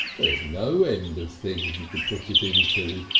there's no end of things you could put it into.